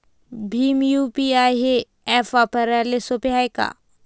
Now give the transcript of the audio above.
Bhim UPI हे app वापराले सोपे हाय का?